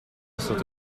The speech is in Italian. stato